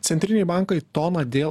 centriniai bankai toną dėl